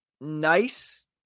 nice